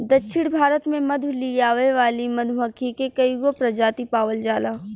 दक्षिण भारत में मधु लियावे वाली मधुमक्खी के कईगो प्रजाति पावल जाला